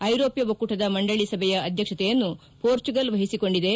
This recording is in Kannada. ಐರೋಪ್ಯ ಒಕ್ಕೂಟದ ಮಂಡಳಿ ಸಭೆಯ ಅಧ್ಯಕ್ಷತೆಯನ್ನು ಪೋರ್ಚುಗಲ್ ವಹಿಸಿಕೊಂಡಿದೆ